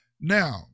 Now